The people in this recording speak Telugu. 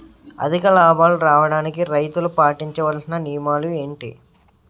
అధిక లాభాలు రావడానికి రైతులు పాటించవలిసిన నియమాలు ఏంటి